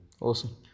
Awesome